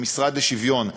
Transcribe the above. במשרד לשוויון חברתי,